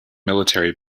military